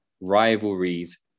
rivalries